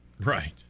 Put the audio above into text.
Right